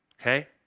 okay